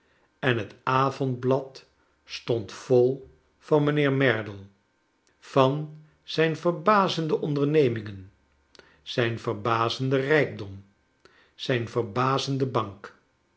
en het avondblad stond vol van mijnheer merdle van zijne verbazende ondernemingen zijn verbazenden rijkdom zijn verbazende bank